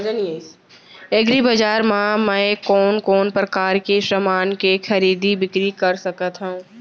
एग्रीबजार मा मैं कोन कोन परकार के समान के खरीदी बिक्री कर सकत हव?